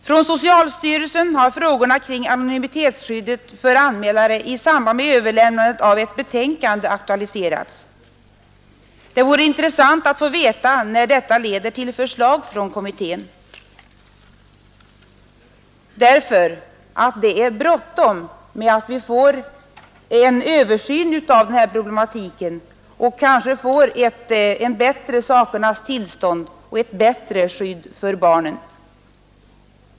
Från socialstyrelsen har frågorna kring anonymitetsskyddet för anmälare aktualiserats i samband med att ett betänkande överlämnats till nämnda kommitté. Det vore intressant att få veta när detta leder till förslag från kommittén. Det är nämligen bråttom med att åstadkomma en översyn av den här problematiken, så att vi kanske får ett bättre sakernas tillstånd och ett bättre skydd för barnen.